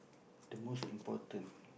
the most important